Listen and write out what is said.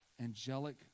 angelic